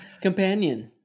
Companion